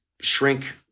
Shrink